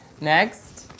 Next